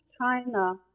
China